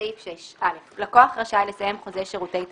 "סיום חוזה שירותי תשלום 6. (א)לקוח רשאי לסיים חוזה שירותי תשלום,